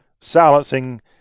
silencing